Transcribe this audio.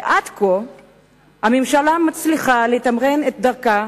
ועד כה הממשלה מצליחה לתמרן את דרכה